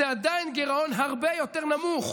זה עדיין גירעון הרבה יותר נמוך